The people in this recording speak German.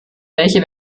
welche